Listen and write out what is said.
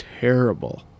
terrible